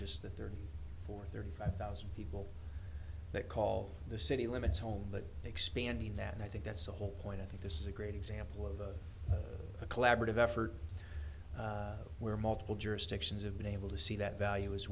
just the thirty or thirty five thousand people that call the city limits home but expanding that and i think that's the whole point i think this is a great example of a collaborative effort where multiple jurisdictions have been able to see that